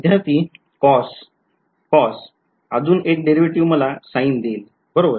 विध्यार्थी cos cos अजून एक डेरीवेटीव्ह मला sine देईल बरोबर